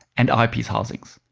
and eyepiece housings.